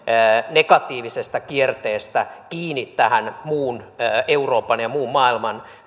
negatiivisesta kierteestä kiinni tähän muun euroopan ja muun maailman